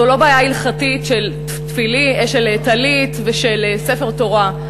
זו לא בעיה הלכתית של טלית ושל ספר תורה,